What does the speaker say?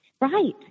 Right